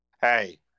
hey